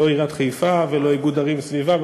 לא עיריית חיפה ולא איגוד ערים לאיכות הסביבה.